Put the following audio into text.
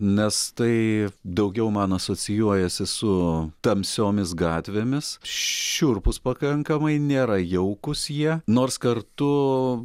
nes tai daugiau man asocijuojasi su tamsiomis gatvėmis šiurpūs pakankamai nėra jaukūs jie nors kartu